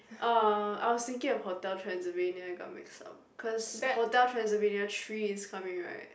uh I was thinking of Hotel Transylvania I got myself cause Hotel Transylvania three is coming right